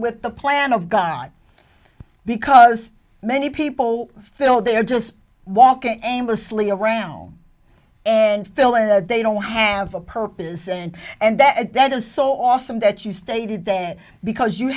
with the plan of gun because many people feel they are just walking aimlessly around and fill in that they don't have a purpose and and that that is so awesome that you stated that because you